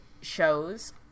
shows